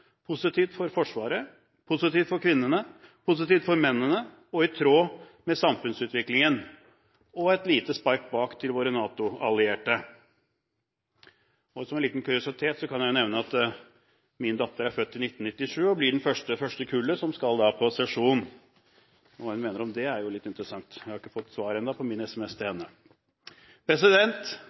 positivt for Forsvaret, positivt for kvinnene, positivt for mennene og i tråd med samfunnsutviklingen – og et lite spark bak til våre NATO-allierte. Som en liten kuriositet kan jeg nevne at min datter er født i 1997 og blir i det første kullet som skal på sesjon. Hva hun mener om det, er litt interessant – jeg har ikke fått svar ennå på min